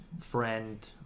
friend